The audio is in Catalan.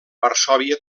varsòvia